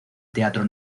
teatro